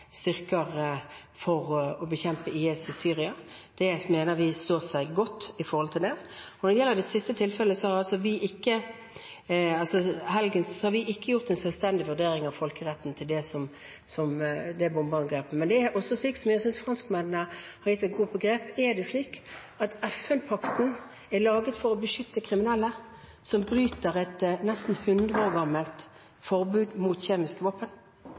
styrker for å bekjempe IS i Syria. Det mener vi står seg godt. Når det gjelder det siste tilfellet, har vi ikke gjort en selvstendig vurdering av folkeretten med hensyn til det bombeangrepet. Men er det slik – og jeg synes franskmennene har gitt det et godt begrep – at FN-pakten er laget for å beskytte kriminelle som bryter et nesten hundre år gammelt forbud mot kjemiske våpen?